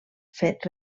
fet